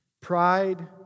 Pride